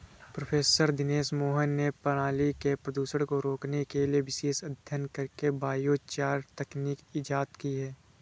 professor Dinesh Mohan ने पराली के प्रदूषण को रोकने के लिए विशेष अध्ययन करके बायोचार तकनीक इजाद की है